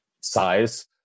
size